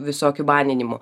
visokių baninimų